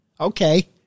Okay